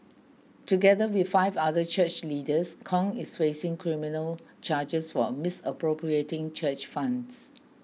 together with five other church leaders Kong is facing criminal charges for misappropriating church funds